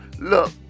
look